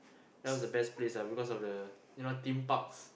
that was the best place ah because of the you know theme parks